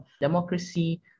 democracy